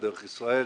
דרך ישראל,